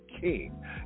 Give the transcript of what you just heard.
King